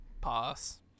Pass